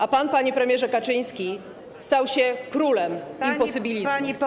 A pan, panie premierze Kaczyński, stał się królem imposybilizmu.